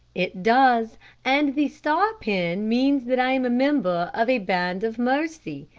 it does and the star pin means that i am a member of a band of mercy.